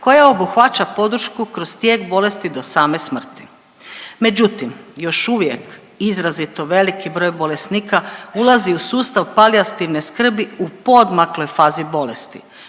koja obuhvaća podršku kroz tijek bolesti do same smrti. Međutim, još uvijek izrazito veliki broj bolesnika ulazi u sustav palijativne skrbi u poodmakloj fazi bolesti,